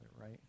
right